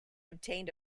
obtained